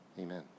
Amen